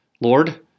Lord